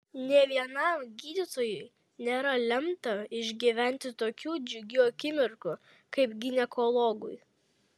nė vienam gydytojui nėra lemta išgyventi tokių džiugių akimirkų kaip ginekologui